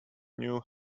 new